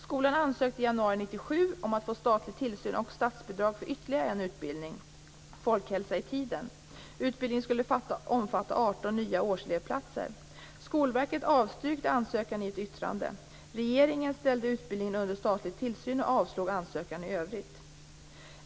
Skolan ansökte i januari 1997 om att få statlig tillsyn och statsbidrag för ytterligare en utbildning, Folkhälsa i tiden. Utbildningen skulle omfatta 18 nya årselevplatser. Skolverket avstyrkte ansökan i ett yttrande. Regeringen ställde utbildningen under statlig tillsyn och avslog ansökan i övrigt.